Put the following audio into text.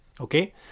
okay